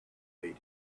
lady